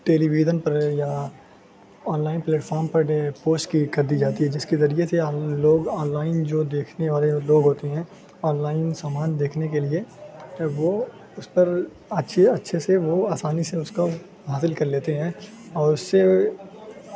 ٹیلی vision پر یا online platform پر پوسٹ کی کر دی جاتی ہے جس کے ذریعے سے لوگ آن لائن جو دیکھنے والے لوگ ہوتے ہیں آن لائن سامان دیکھنے کے لیے وہ اس پر اچھے اچھے سے وہ آسانی سے اس کو حاصل کر لیتے ہیں اور اس سے